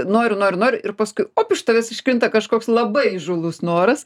noriu noriu noriu ir paskui op iš tavęs iškrinta kažkoks labai įžūlus noras